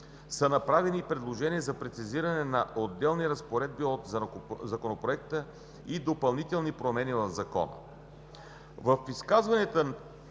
са направени и предложения за прецизиране на отделни разпоредби от Законопроекта и допълнителни промени в Закона.